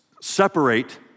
separate